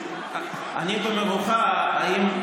אני במבוכה אם,